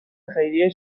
خیریه